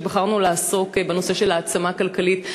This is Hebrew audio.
בחרנו לעסוק בנושא של העצמה כלכלית.